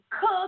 cook